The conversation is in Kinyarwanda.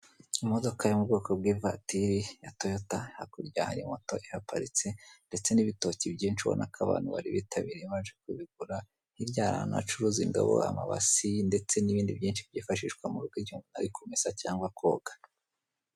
Imodoka yo mu bwoko bw'ivatiri ya toyota hakurya hari moto ihaparitse ndetse n'ibitoki byinshi ubona ko abantu bari bitabiriye baje kubigura hirya hari ahantu bacuruza indobo, amabase ndetse n'ibindi byinshi byifashishwa mu rugo igihe umuntu ari kumesa cyangwa koga.